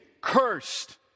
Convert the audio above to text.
Cursed